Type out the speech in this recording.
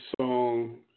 song